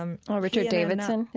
um oh, richardson davidson?